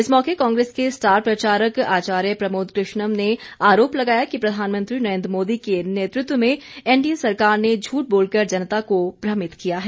इस मौके कांग्रेस के स्टार प्रचारक आचार्य प्रमोद कृष्णम ने आरोप लगाया कि प्रधानमंत्री नरेन्द्र मोदी के नेतृत्व में एनडीए सरकार ने झूठ बोलकर जनता को भ्रमित किया है